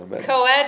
Coed